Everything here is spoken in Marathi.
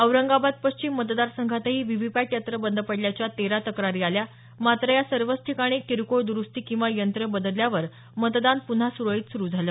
औरंगाबाद पश्चिम मतदारसंघातही व्ही व्ही पॅट यंत्र बंद पडल्याच्या तेरा तक्रारी आल्या मात्र या सर्वच ठिकाणी किरकोळ दुरुस्ती किंवा यंत्र बदलल्यावर मतदान पुन्हा सुरळीत सुरू झाल